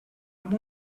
amb